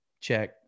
check